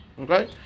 Okay